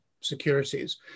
securities